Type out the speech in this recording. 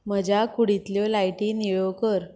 म्हज्या कुडींतल्यो लायटी निळ्यो कर